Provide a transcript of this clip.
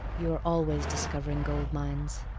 you are always discovering gold mines,